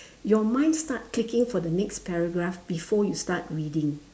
your mind start clicking for the next paragraph before you start reading